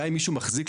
גם אם מישהו מחזיק,